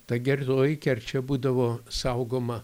ta geroji kerčia būdavo saugoma